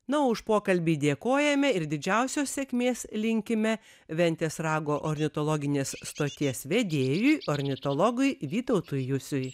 na už pokalbį dėkojame ir didžiausios sėkmės linkime ventės rago ornitologinės stoties vedėjui ornitologui vytautui jusiui